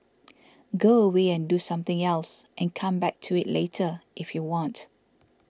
go away and do something else and come back to it later if you want